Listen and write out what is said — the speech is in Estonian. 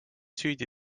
süüdi